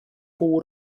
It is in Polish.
pół